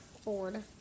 Ford